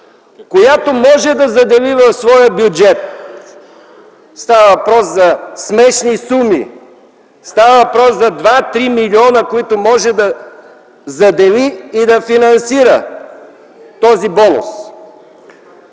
която може да задели в своя бюджет – става въпрос за смешни суми. Става въпрос за 2 3 милиона, които може да задели и да финансира този бонус.